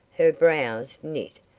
her brows knit,